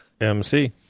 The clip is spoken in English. MC